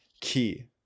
key